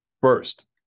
First